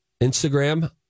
Instagram